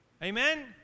Amen